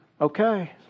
okay